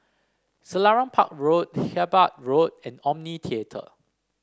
Selarang Park Road Hyderabad Road and Omni Theatre